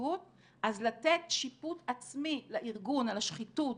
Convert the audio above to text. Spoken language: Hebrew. כשחיתות אז לתת שיפוט עצמי לארגון על השחיתות